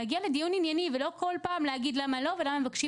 להגיע לדיון ענייני ולא עוד הפעם להגיד "למה לא" ולמה מבקשים